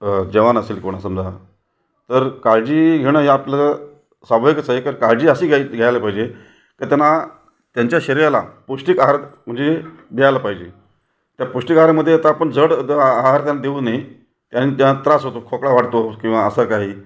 जवान असेल कोण समजा तर काळजी घेणं हे आपलं स्वाभाविकच आहे तर काळजी अशी घ्याय घ्यायला पाहिजे का त्यांना त्यांच्या शरीराला पौष्टिक आहार म्हणजे द्यायला पाहिजे तर पौष्टिक आहारामध्ये आता आपण जड द आहार त्यांना देऊ नये कारण त्यां त्रास होतो खोकला वाढतो किंवा असं काही